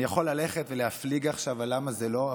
אני יכול ללכת ולהפליג עכשיו על למה זה לא,